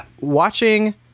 Watching